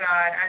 God